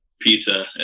pizza